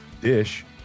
dish